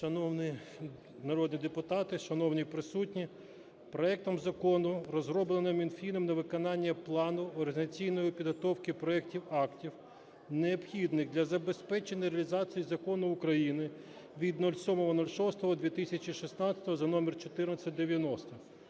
Шановні народні депутати, шановні присутні, проектом закону, розробленим Мінфіном на виконання плану організаційної підготовки проектів актів, необхідних для забезпечення реалізації Закону України від 07.06.2016 за №1490